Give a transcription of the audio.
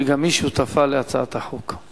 שגם היא שותפה להצעת החוק.